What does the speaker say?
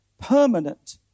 permanent